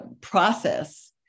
process